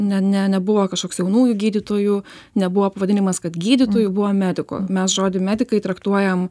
ne ne nebuvo kažkoks jaunųjų gydytojų nebuvo pavadinimas kad gydytojų buvo medikų mes žodį medikai traktuojam